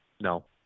no